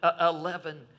eleven